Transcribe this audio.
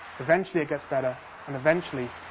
eventually it gets better, and eventually,